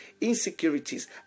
insecurities